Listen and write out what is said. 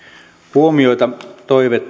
huomiota